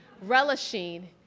relishing